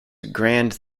grand